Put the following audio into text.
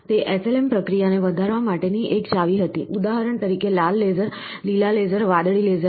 તે SLM પ્રક્રિયાને વધારવા માટેની એક ચાવી હતી ઉદાહરણ તરીકે લાલ લેસર લીલા લેસર વાદળી લેસર